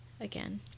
again